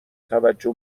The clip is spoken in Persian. توجه